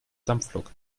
dampflok